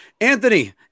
Anthony